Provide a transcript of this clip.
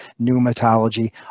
pneumatology